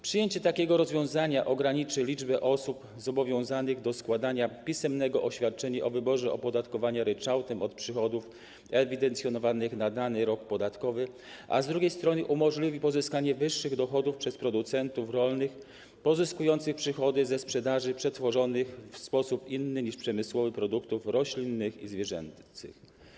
Przyjęcie takiego rozwiązania ograniczy liczbę osób obowiązanych do składania pisemnego oświadczenia o wyborze opodatkowania ryczałtem od przychodów ewidencjonowanych na dany rok podatkowy, a z drugiej strony umożliwi uzyskanie wyższych dochodów przez producentów rolnych uzyskujących przychody ze sprzedaży przetworzonych w sposób inny niż przemysłowy produktów roślinnych i zwierzęcych.